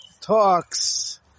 talks